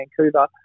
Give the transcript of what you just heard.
Vancouver